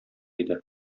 иде